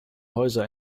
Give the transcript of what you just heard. häuser